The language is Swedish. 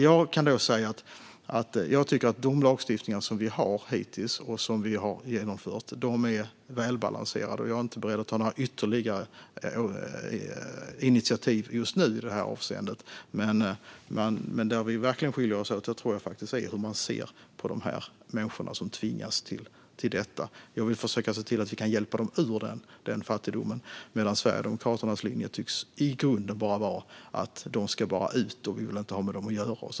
Jag tycker att de lagstiftningar som vi har genomfört hittills är välbalanserade, och jag är inte just nu beredd att ta några ytterligare initiativ i detta avseende. Men jag tror verkligen att vi skiljer oss åt när det gäller hur vi ser på de människor som tvingas till detta. Jag vill försöka se till att vi kan hjälpa dem ur fattigdomen, medan Sverigedemokraternas linje i grunden tycks vara att de bara ska ut. Ni vill inte ha med dem att göra.